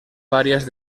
varias